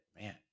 Man